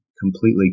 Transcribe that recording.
completely